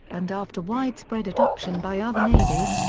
and after widespread adoption by other navies,